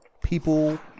people